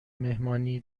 مهمانی